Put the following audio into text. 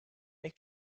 pek